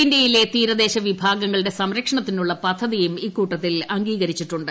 ഇന്ത്യയിലെ തീരദേശ വിഭാഗങ്ങളുടെ സംരക്ഷണത്തിനുള്ള പദ്ധതിയും ഇക്കൂട്ടത്തിൽ അംഗീകരിച്ചിട്ടുണ്ട്